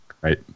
right